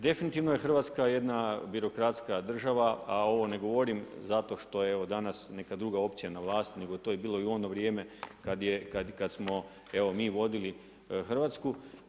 Definitivno je Hrvatska jedna birokratska država a ovo ne govorim zato što je evo neka druga opcija na vlasti, nego to je bilo i u ono vrijeme kad smo evo mi vodili Hrvatsku.